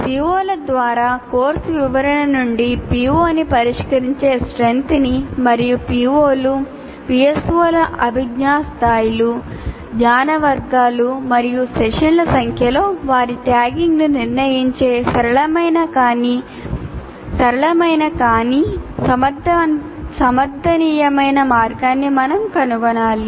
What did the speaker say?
CO ల ద్వారా course వివరణ నుండి PO ని పరిష్కరించే strength ని మరియు PO లు PSO ల అభిజ్ఞా స్థాయిలు జ్ఞాన వర్గాలు మరియు సెషన్ల సంఖ్యతో వారి ట్యాగింగ్ను నిర్ణయించే సరళమైన కానీ సమర్థనీయమైన మార్గాన్ని మనం కనుగొనాలి